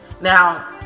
now